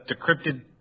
decrypted